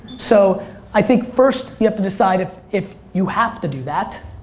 so i think first you have to decide if if you have to do that.